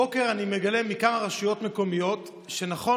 הבוקר אני מגלה מכמה רשויות מקומיות שנכון,